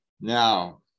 Now